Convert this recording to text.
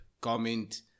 comment